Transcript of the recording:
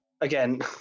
again